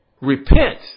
Repent